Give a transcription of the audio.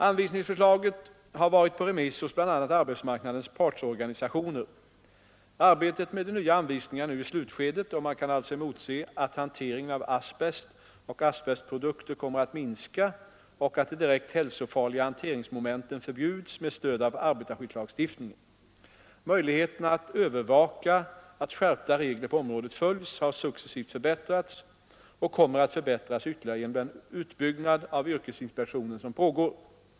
Anvisningsförslaget har varit på remiss hos bl.a. arbetsmarknadens partsorganisationer. Arbetet med de nya anvisningarna är nu i slutskedet och man kan alltså emotse att hanteringen av asbest och asbestprodukter kommer att minska och att de direkt hälsofarliga hanteringsmomenten förbjuds med stöd av arbetarskyddslagstiftningen. Möjligheterna att övervaka att skärpta regler på området följs har successivt förbättrats och kommer att förbättras ytterligare genom den utbyggnad av yrkesinspektionen som pågår.